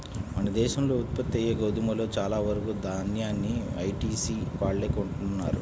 మన దేశంలో ఉత్పత్తయ్యే గోధుమలో చాలా వరకు దాన్యాన్ని ఐటీసీ వాళ్ళే కొంటన్నారు